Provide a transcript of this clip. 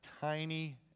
tiny